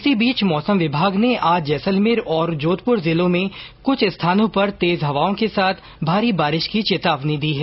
इसी बीच मौसम विभाग ने आज जैसलमेर और जोधपुर जिलों में कुछ स्थानों पर तेज हवाओं के साथ भारी बारिश की चेतावनी दी है